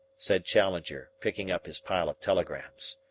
said challenger, picking up his pile of telegrams.